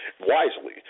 wisely